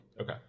Okay